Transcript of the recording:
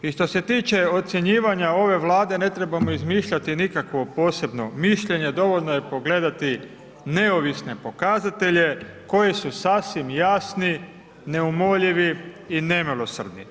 I što se tiče ocjenjivanja ove Vlade ne trebamo izmišljati nikakvo posebno mišljenje, dovoljno je pogledati neovisne pokazatelje koji su sasvim jasni, neumoljivi i nemilosrdni.